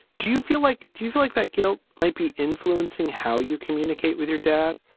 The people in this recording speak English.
do you feel like. do you feel like that guilt might be influencing how you communicate with your dad?